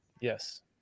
yes